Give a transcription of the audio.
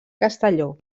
castelló